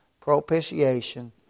propitiation